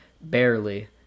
barely